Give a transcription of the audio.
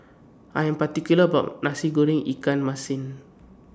I Am particular about My Nasi Goreng Ikan Masin